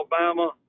Alabama